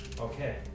okay